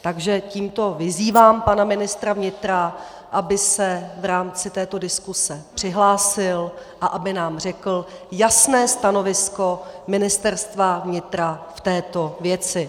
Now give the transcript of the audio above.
Takže tímto vyzývám pana ministra vnitra, aby se v rámci této diskuse přihlásil a aby nám řekl jasné stanovisko Ministerstva vnitra v této věci.